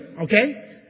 Okay